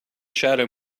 shadow